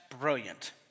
brilliant